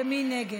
מי נגד?